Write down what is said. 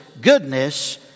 goodness